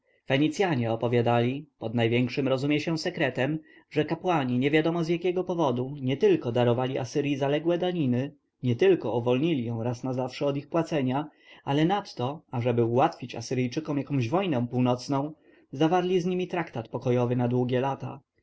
dziwaczne pogłoski fenicjanie opowiadali pod największym rozumie się sekretem że kapłani niewiadomo z jakiego powodu nietylko darowali asyrji zaległe daniny nietylko uwolnili ją raz na zawsze od ich płacenia ale nadto ażeby ułatwić asyryjczykom jakąś wojnę północną zawarli z nimi traktat pokojowy na długie lata